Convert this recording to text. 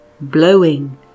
blowing